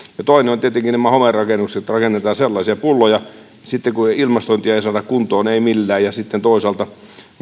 toinen on tietenkin nämä homerakennukset rakennetaan sellaisia pulloja sitten ei ilmastointia saada kuntoon ei millään ja sitten toisaalta